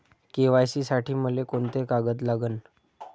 KYC साठी मले कोंते कागद लागन?